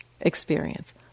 experience